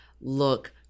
look